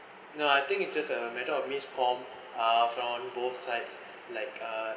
no I think it's just a matter of miscom uh on both sides like uh